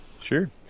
Sure